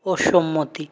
অসম্মতি